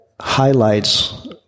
highlights